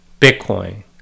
Bitcoin